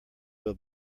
will